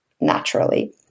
naturally